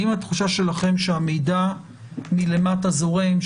האם התחושה שלכם שהמידע מלמטה זורם,